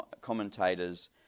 commentators